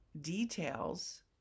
details